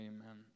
Amen